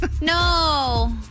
No